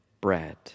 bread